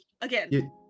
again